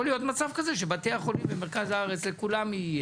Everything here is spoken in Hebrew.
להיות מצב כזה שלכל בתי החולים במרכז הארץ יהיה,